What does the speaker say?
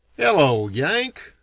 hello, yank,